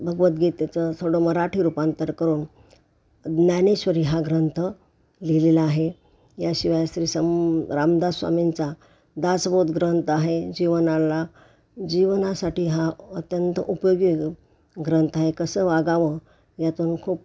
भगवद्गीतेचं थोडं मराठी रूपांतर करून ज्ञानेश्वरी हा ग्रंथ लिहिलेला आहे या शिवाय श्री सम रामदास स्वामींचा दासबोध ग्रंथ आहे जीवनाला जीवनासाठी हा अत्यंत उपयोगी ग्रंथ आहे कसं वागावं यातून खूप